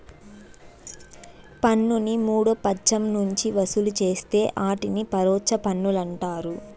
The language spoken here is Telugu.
పన్నుని మూడో పచ్చం నుంచి వసూలు చేస్తే ఆటిని పరోచ్ఛ పన్నులంటారు